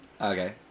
Okay